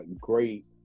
great